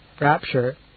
rapture